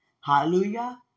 Hallelujah